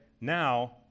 now